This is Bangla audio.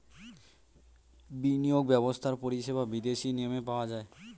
বিনিয়োগ ব্যবস্থার পরিষেবা বিদেশি নিয়মে পাওয়া যায়